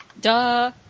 Duh